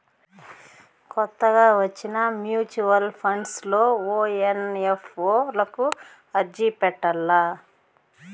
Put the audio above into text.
కొత్తగా వచ్చిన mutual funds లో ఓ ఎన్.ఎఫ్.ఓ లకు అర్జీ పెట్టల్ల